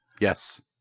Yes